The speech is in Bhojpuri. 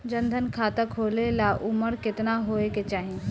जन धन खाता खोले ला उमर केतना होए के चाही?